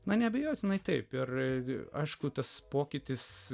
na neabejotinai taip ir aišku tas pokytis